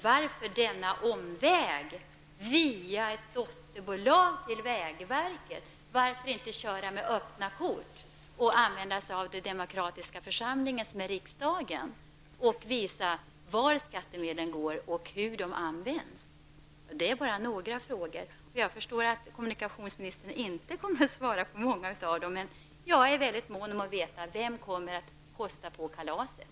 Varför denna omväg via ett dotterbolag till vägverket? Varför inte köra med öppna kort och använda sig av den demokratiska församlingen, dvs. riksdagen, och visa hur skattemedlen används? Det är bara några av mina frågor. Jag förstår att kommunikationsministern inte kommer att svara på många av dem, men jag är väldigt mån om att få veta vem som skall stå för kalaset.